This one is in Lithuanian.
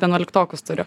vienuoliktokus turiu